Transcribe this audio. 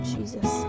Jesus